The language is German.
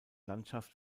landschaft